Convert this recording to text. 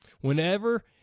Whenever